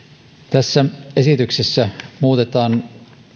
tässä esityksessä muutetaan